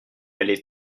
allait